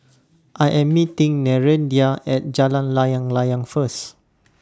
I Am meeting Nereida At Jalan Layang Layang First